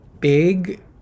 big